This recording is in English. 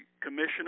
commissioner